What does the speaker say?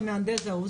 או המהנדס זה ההוא.